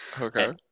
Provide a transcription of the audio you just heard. Okay